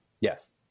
Yes